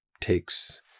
takes